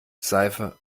seife